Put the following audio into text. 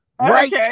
Right